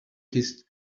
his